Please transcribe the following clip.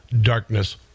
darkness